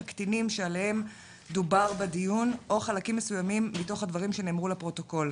קטינים שעליהם דובר בדיון או חלקים מסוימים מתוך הדברים שנאמרו לפרוטוקול,